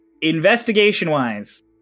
Investigation-wise